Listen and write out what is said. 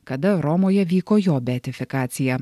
kada romoje vyko jo beatifikacija